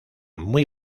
muy